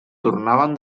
tornaven